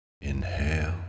inhale